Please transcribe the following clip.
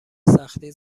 سختی